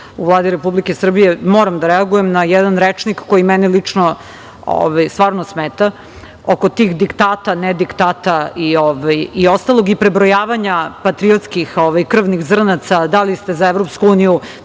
u Vladi Republike Srbije moram da reagujem na jedan rečnik koji meni lično stvarno smeta oko tih diktata, nediktata i ostalog i prebrojavanja patriotskih krvnih zrnaca da li ste za EU, pa ste